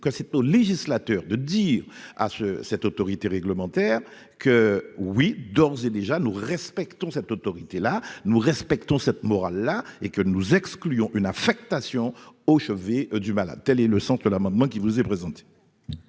quand c'est au législateur de dire à ce cette autorité réglementaire que oui, d'ores et déjà, nous respectons cette autorité-là nous respectons cette morale, hein, et que nous excluons une affectation au chevet du mal, a-t-elle et le sens de l'amendement qui vous est présenté.